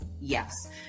Yes